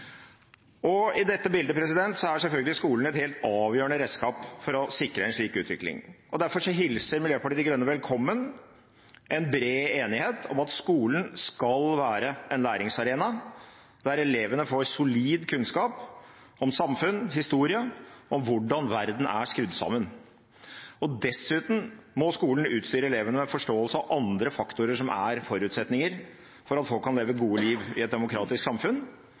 I dette bildet er selvfølgelig skolen et helt avgjørende redskap for å sikre en slik utvikling. Derfor hilser Miljøpartiet De Grønne velkommen en bred enighet om at skolen skal være en læringsarena der elevene får solid kunnskap om samfunn og historie og hvordan verden er skrudd sammen. Dessuten må skolen utstyre elevene med forståelse av andre faktorer som er forutsetninger for at folk kan leve gode liv i et demokratisk samfunn.